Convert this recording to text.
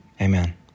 amen